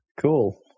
cool